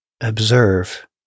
observe